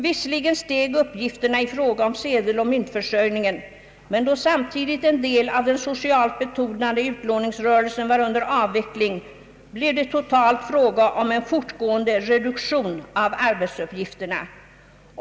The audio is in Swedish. Visserligen steg uppgifterna i fråga om sedeloch myntförsörjningen, men då samtidigt en del av den socialt betonade utlåningsrörelsen var under avveckling, blev det totalt fråga om en fortgående reduktion av arbetsuppgifterna.